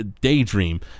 daydream